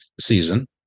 season